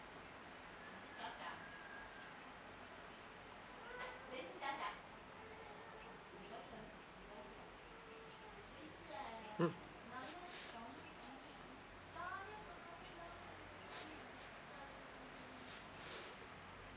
mm